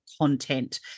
content